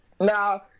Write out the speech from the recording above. Now